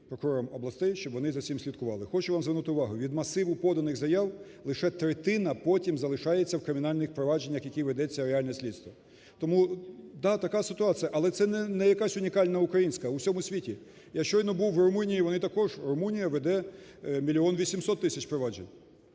прокурорам областей, щоб вони на цим слідкували. Хочу вам звернути увагу, від масиву поданих заяв лише третина потім залишається в кримінальних провадженнях, яких ведеться реальне слідство. Тому да, така ситуація. Але це не якась унікальна українська, в усьому світі. Я щойно був в Румунії, вони також, Румунія веде мільйон 800 тисяч проваджень,